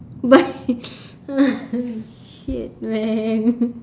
bye shit man